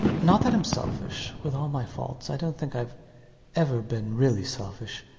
not that i'm selfish. with all my faults i dont think ive ever been really selfish.